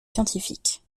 scientifiques